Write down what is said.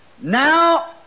Now